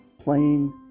playing